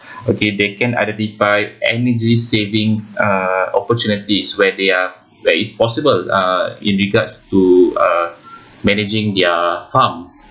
okay they can identify energy saving uh opportunities where their where it's possible uh in regards to uh managing their farm